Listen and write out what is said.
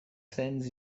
sends